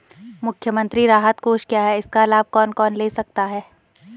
मुख्यमंत्री राहत कोष क्या है इसका लाभ कौन कौन ले सकता है?